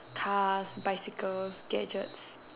cars bicycles gadgets